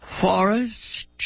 Forest